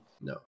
No